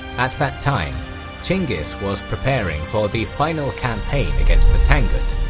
at that time chinggis was preparing for the final campaign against the tangut,